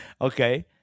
Okay